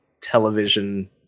television